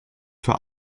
für